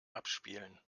abspielen